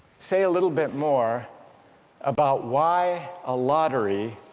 say a little bit more about why a lottery